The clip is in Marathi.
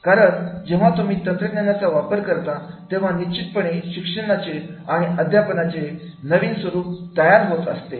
कारण जेव्हा तुम्ही तंत्रज्ञानाचा वापर करता तेव्हा निश्चितपणे शिक्षणाचे आणि अध्यापनाचे नवीन स्वरूप तयार होत असते